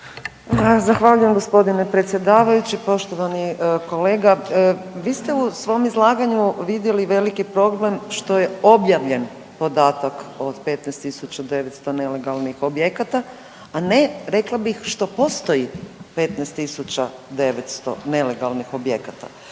Zahvaljujem gospodine predsjedavajući. Poštovani kolega. Vi ste u svom izlaganju vidjeli veliki problem što je objavljen podatak od 15.900 nelegalnih objekata, a ne, rekla bih, što postoji 15.900 nelegalnih objekata.